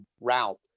route